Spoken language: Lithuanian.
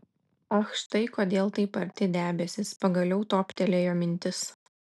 ach štai kodėl taip arti debesys pagaliau toptelėjo mintis